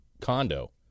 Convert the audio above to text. condo